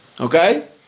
Okay